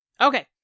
Okay